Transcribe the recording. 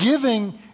giving